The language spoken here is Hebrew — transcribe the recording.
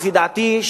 לפי דעתי,